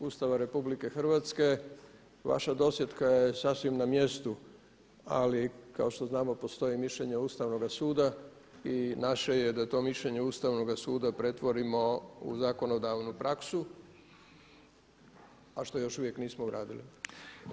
Ustava RH vaša dosjetka je sasvim na mjestu, ali kao što znamo postoji mišljenje Ustavnoga suda i naše je da to mišljenje Ustavnoga suda pretvorimo u zakonodavnu praksu, a što još uvijek nismo uradili.